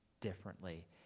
differently